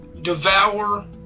Devour